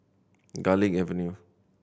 Garlick Avenue